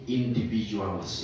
individuals